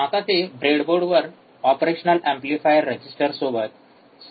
आता ते ब्रेडबोर्डवर ऑपरेशनल एंपलिफायर रजिस्टरसोबत स्लाइडमध्ये दाखवल्याप्रमाणे जोडत आहेत